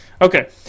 okay